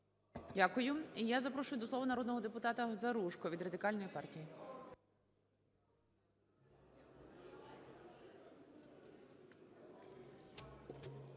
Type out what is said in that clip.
Дякую. І я запрошую до слова народного депутата Заружко від Радикальної партії.